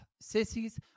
sissies